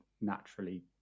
naturally